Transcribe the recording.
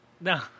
No